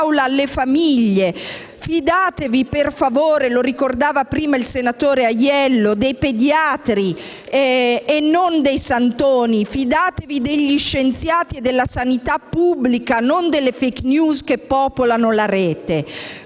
fidatevi per favore - lo ricordava prima il senatore Aiello - dei pediatri e non dei santoni, fidatevi degli scienziati e della sanità pubblica, non delle *fake news* che popolano la rete.